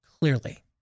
Clearly